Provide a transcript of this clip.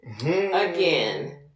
Again